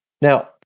Now